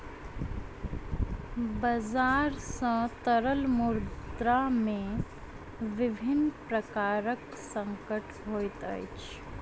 बजार सॅ तरल मुद्रा में विभिन्न प्रकारक संकट होइत अछि